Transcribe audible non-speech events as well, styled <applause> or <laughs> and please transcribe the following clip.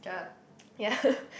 yeah <laughs>